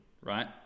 right